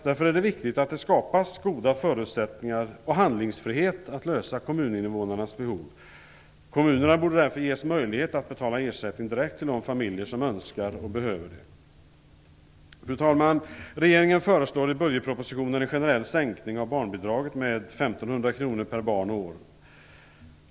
Därför är det viktigt att det skapas goda förutsättningar och handlingsfrihet att lösa kommuninnevånarnas behov. Kommunerna borde därför ges möjlighet att betala ersättning direkt till de familjer som önskar och behöver det. Fru talman! Regeringen föreslår i budgetspropositionen en generell sänkning av barnbidraget med 1 500 kr per barn och år.